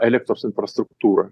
elektros infrastruktūrą